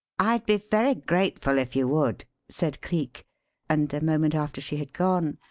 i'd be very grateful if you would, said cleek and a moment after she had gone.